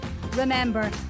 Remember